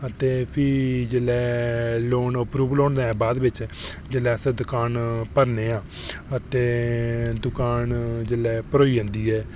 ते फ्ही जेल्लै लोन अप्रूवल होने दे बाद जेल्लै अस दुकान च समान भरने आं ते दुकान जेल्लै भरी जंदी ऐ